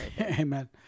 Amen